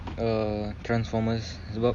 err transformers sebab